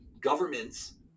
governments